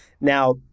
Now